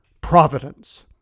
providence